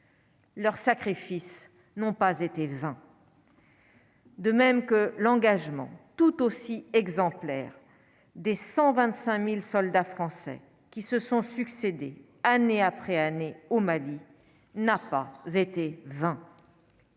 Leur sacrifice n'ont pas été vains. De même que l'engagement tout aussi exemplaire des 125000 soldats français qui se sont succédé, année après année au Mali n'a pas été vains